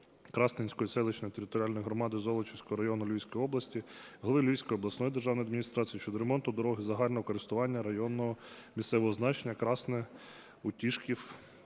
Красненської селищної територіальної громади Золочівського району Львівської області, голови Львівської обласної державної адміністрації щодо ремонту дороги загального користування районного (місцевого) значення Красне-Утішків